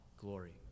glory